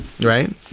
right